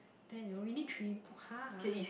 then you we need three !huh!